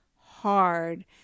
hard